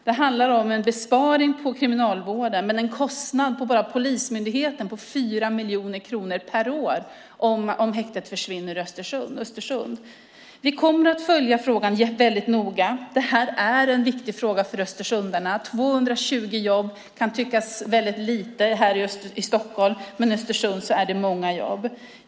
Det handlar om en besparing på Kriminalvården, men en kostnad bara på polismyndigheten med 4 miljoner kronor per år om häktet försvinner från Östersund. Vi kommer att följa frågan noga. Det är en viktig fråga för östersundarna. 220 jobb kan tyckas vara väldigt lite här i Stockholm, men i Östersund är det många jobb.